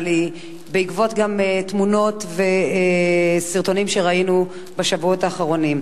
אבל היא גם בעקבות תמונות וסרטונים שראינו בשבועות האחרונים.